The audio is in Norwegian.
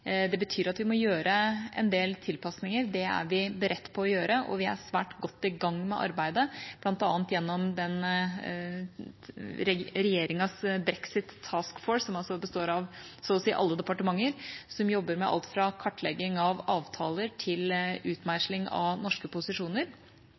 Det betyr at vi må gjøre en del tilpasninger. Det er vi beredt på å gjøre, og vi er svært godt i gang med arbeidet, bl.a. gjennom regjeringas Brexit Task Force, som består av så å si alle departementer, som jobber med alt fra kartlegging av avtaler til